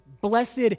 Blessed